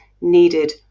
needed